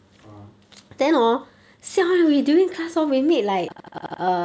(uh huh)